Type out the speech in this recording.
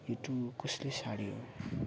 यो टुल कसले साऱ्यो